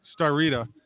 Starita